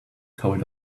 told